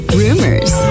rumors